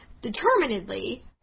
Determinedly